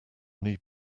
need